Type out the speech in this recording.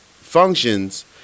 functions